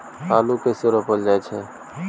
आलू कइसे रोपल जाय छै?